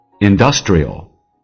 Industrial